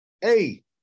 Hey